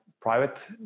private